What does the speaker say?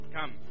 come